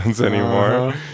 anymore